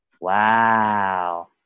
wow